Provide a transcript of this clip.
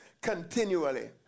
continually